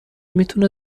میتونه